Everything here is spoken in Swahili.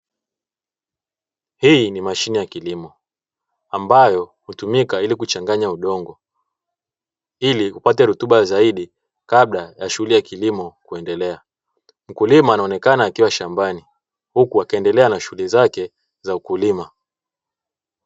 Hi ni mashine ya kilimo ambayo hutumika ili kuchanganya udongo ili upate rutuba zaidi kabla ya shughuli ya kilimo kuendelea, mkulima anaonekana akiwa shambani huku akiendelea na shughuli zake za ukulima.